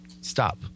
Stop